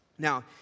Now